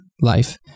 life